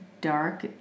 dark